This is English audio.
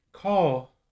Call